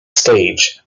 stage